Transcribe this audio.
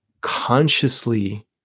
consciously